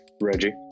Reggie